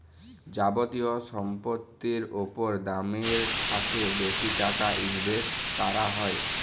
যাবতীয় সম্পত্তির উপর দামের থ্যাকে বেশি টাকা ইনভেস্ট ক্যরা হ্যয়